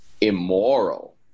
immoral